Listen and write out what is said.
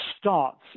starts